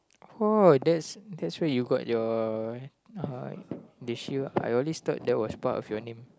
oh that's that's where you got your uh I always thought that was part of your name